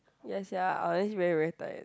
ya sia unless very very tired